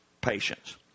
patience